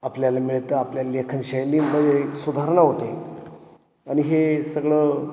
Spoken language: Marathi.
आपल्याला मिळतं आपल्याला लेखनशैली मध्ये एक सुधारणा होते आणि हे सगळं